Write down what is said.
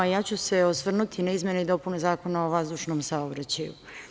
Ja ću se osvrnuti na izmene i dopune Zakona o vazdušnom saobraćaju.